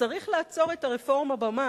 שצריך לעצור את הרפורמה במס,